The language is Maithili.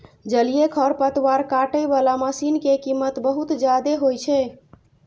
जलीय खरपतवार काटै बला मशीन के कीमत बहुत जादे होइ छै